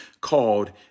called